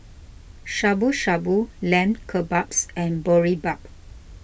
Shabu Shabu Lamb Kebabs and Boribap